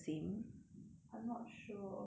I'm not sure but anyway